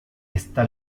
esta